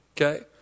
Okay